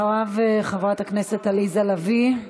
ואחריו, חברת הכנסת עליזה לביא,